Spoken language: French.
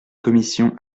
commission